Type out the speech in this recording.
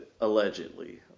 Allegedly